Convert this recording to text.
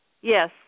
Yes